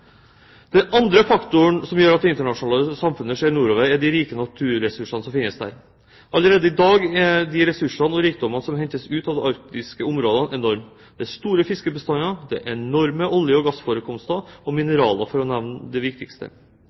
andre faktoren som gjør at det internasjonale samfunnet ser nordover, er de rike naturressursene som finnes der. Allerede i dag er ressursene – og rikdommen – som hentes ut av de arktiske områdene, enorme. Det er store fiskebestander, det er enorme olje- og gassforekomster og mineraler, for å nevne det viktigste.